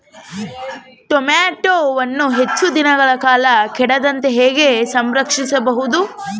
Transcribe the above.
ಟೋಮ್ಯಾಟೋವನ್ನು ಹೆಚ್ಚು ದಿನಗಳ ಕಾಲ ಕೆಡದಂತೆ ಹೇಗೆ ಸಂರಕ್ಷಿಸಬಹುದು?